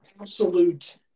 absolute